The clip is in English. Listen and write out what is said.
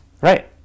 Right